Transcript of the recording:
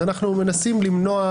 אז אנחנו מנסים למנוע,